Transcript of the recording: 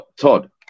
Todd